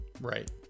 Right